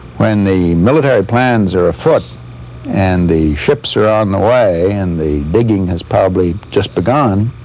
when the military plans are afoot and the ships are on the way and the digging has probably just begun,